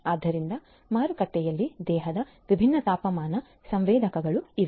ಆದ್ದರಿಂದ ಮಾರುಕಟ್ಟೆಯಲ್ಲಿ ದೇಹದ ವಿಭಿನ್ನ ತಾಪಮಾನ ಸಂವೇದಕಗಳು ಇವೆ